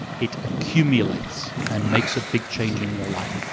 it accumulates and makes a big change in your life.